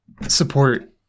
support